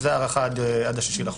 וזאת הארכה עד ה-6.2.